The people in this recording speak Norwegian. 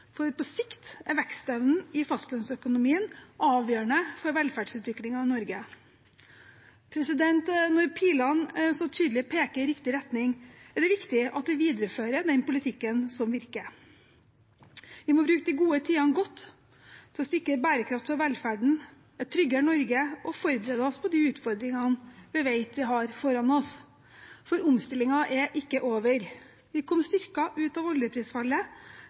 for på sikt er vekstevnen i fastlandsøkonomien avgjørende for velferdsutviklingen i Norge. Når pilene så tydelig peker i riktig retning, er det viktig at vi viderefører den politikken som virker. Vi må bruke de gode tidene godt – til å sikre bærekraft for velferden og et tryggere Norge og til å forberede oss på de utfordringene vi vet vi har foran oss, for omstillingen er ikke over. Vi kom styrket ut av oljeprisfallet,